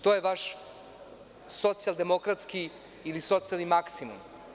To je vaš socijaldemokratski ili socijalni maksimum.